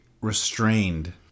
restrained